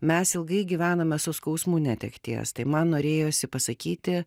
mes ilgai gyvename su skausmu netekties tai man norėjosi pasakyti